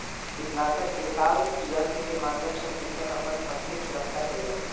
कीटनाशक छिड़काव यन्त्र के माध्यम सॅ कृषक अपन फसिलक सुरक्षा केलक